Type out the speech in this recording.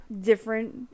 different